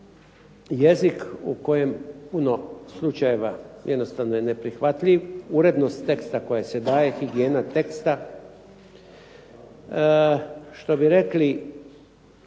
jezik u kojem puno slučajeva jednostavno je neprihvatljiv, urednost teksta koja se daje, higijena teksta. Što bi rekli